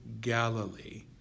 Galilee